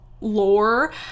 lore